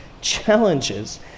challenges